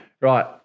Right